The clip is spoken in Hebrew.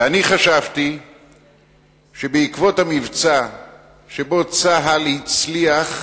ואני חשבתי שבעקבות המבצע שבו צה"ל הצליח,